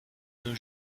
nos